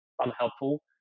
unhelpful